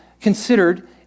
considered